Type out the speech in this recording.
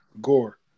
gore